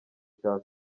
cya